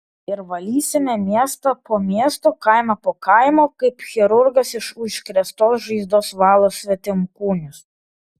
ir valysime miestą po miesto kaimą po kaimo kaip chirurgas iš užkrėstos žaizdos valo svetimkūnius